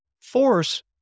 force